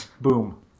boom